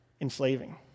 enslaving